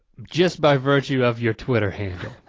just by virtue of your twitter handle.